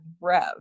Rev